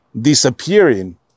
disappearing